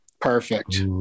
Perfect